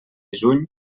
juny